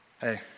Hey